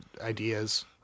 ideas